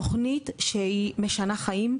תוכנית שהיא משנה חיים,